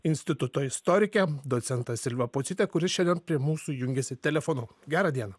instituto istorikę docentą silvą pocytę kuri šiandien prie mūsų jungiasi telefonu gerą dieną